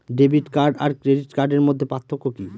Debit card আর credit কার্ডের মধ্যে পার্থক্য কি?